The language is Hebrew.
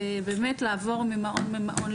זה באמת לעבור ממעון למעון,